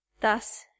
Thus